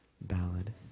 ballad